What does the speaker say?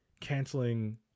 canceling